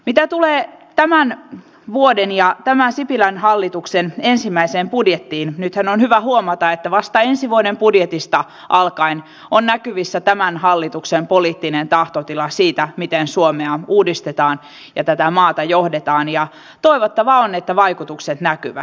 mitä tulee tämän vuoden ja tämän sipilän hallituksen ensimmäiseen budjettiin nythän on hyvä huomata että vasta ensi vuoden budjetista alkaen on näkyvissä tämän hallituksen poliittinen tahtotila siitä miten suomea uudistetaan ja tätä maata johdetaan ja toivottavaa on että vaikutukset näkyvät